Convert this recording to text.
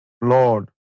Lord